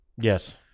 Yes